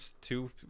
two